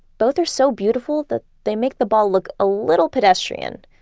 both are so beautiful that they make the ball look a little pedestrian.